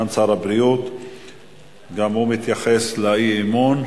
גם הוא מתייחס לאי-אמון.